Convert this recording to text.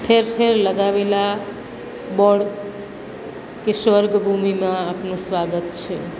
ઠેર ઠેર લગાવેલા બોર્ડ કે સ્વર્ગભૂમિમાં આપનું સ્વાગત છે